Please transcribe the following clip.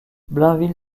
blainville